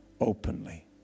openly